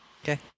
Okay